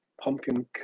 pumpkin